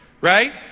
right